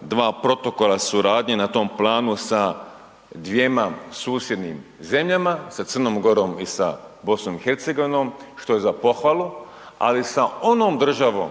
dva protokola suradnje na tom planu sa dvjema susjednim zemljama, sa Crnom Gorom i sa BiH, što je za pohvalu, ali sa onom državom